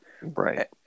right